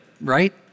right